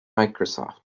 microsoft